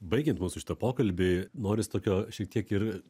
baigiant mūsų šitą pokalbį noris tokio šiek tiek ir